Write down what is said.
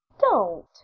Don't